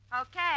Okay